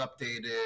updated